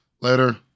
Later